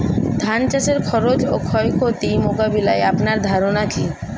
ধান চাষের খরচ ও ক্ষয়ক্ষতি মোকাবিলায় আপনার ধারণা কী?